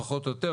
פחות או יותר,